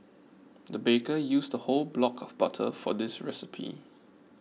the baker used a whole block of butter for this recipe